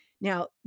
Now